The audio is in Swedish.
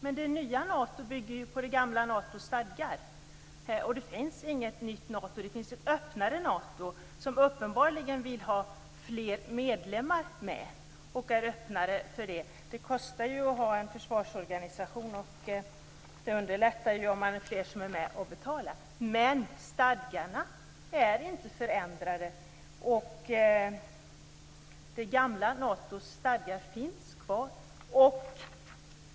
Men det nya Nato bygger ju på det gamla Natos stadgar. Det finns inget nytt Nato. Det finns ett öppnare Nato, som uppenbarligen vill ha fler medlemmar. Det kostar ju att ha en försvarsorganisation, och det underlättar om fler är med och betalar. Men stadgarna är inte förändrade, utan det gamla Nato finns kvar.